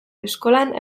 eskolan